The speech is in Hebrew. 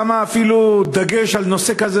שמה אפילו דגש על נושא כזה,